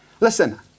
listen